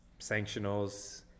sanctionals